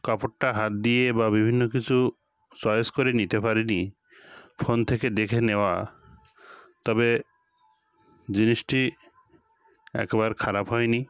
কাপড়টা হাত দিয়ে বা বিভিন্ন কিছু চয়েস করে নিতে পারিনি ফোন থেকে দেখে নেওয়া তবে জিনিসটি একবার খারাপ হয়নি